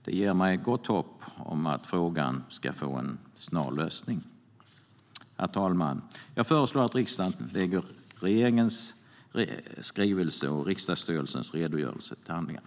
Det ger mig gott hopp om att frågan ska få en snar lösning. Herr talman! Jag föreslår att riksdagen lägger regeringens skrivelse och riksdagsstyrelsens redogörelse till handlingarna.